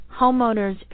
homeowners